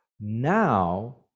now